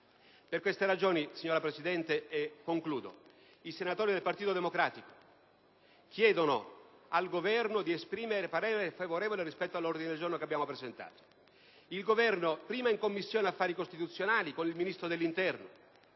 Per tali ragioni, signora Presidente, noi senatori del Partito Democratico chiediamo al Governo di esprimere parere favorevole sull'ordine del giorno G100 che abbiamo presentato. Il Governo, prima in Commissione affari costituzionali con il Ministro dell'interno,